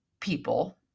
people